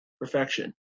perfection